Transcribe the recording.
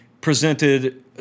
presented